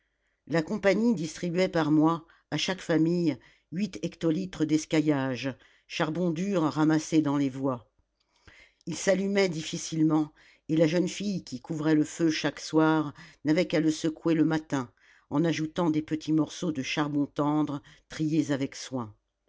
la compagnie distribuait par mois à chaque famille huit hectolitres d'escaillage charbon dur ramassé dans les voies il s'allumait difficilement et la jeune fille qui couvrait le feu chaque soir n'avait qu'à le secouer le matin en ajoutant des petits morceaux de charbon tendre triés avec soin